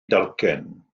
dalcen